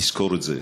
תזכור את זה.